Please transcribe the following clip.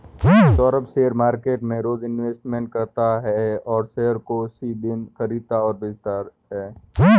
Saurabh share market में रोज investment करता है और शेयर को उसी दिन खरीदता और बेचता है